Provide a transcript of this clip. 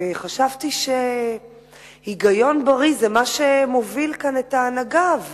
וחשבתי שהיגיון בריא זה מה שמוביל כאן את ההנהגה.